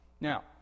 Now